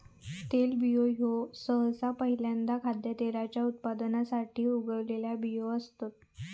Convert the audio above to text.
तेलबियो ह्यो सहसा पहील्यांदा खाद्यतेलाच्या उत्पादनासाठी उगवलेला बियो असतत